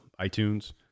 iTunes